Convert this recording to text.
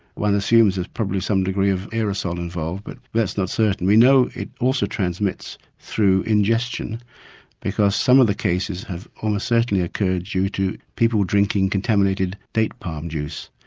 one assumes there's probably some degree of aerosol involved but that's not certain. we know it also transmits through ingestion because some of the cases have almost certainly occurred due to people drinking contaminated date palm juice.